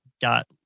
got